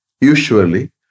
usually